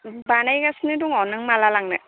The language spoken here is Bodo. बानायगासिनो दङ नों माब्ला लांनो